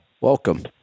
welcome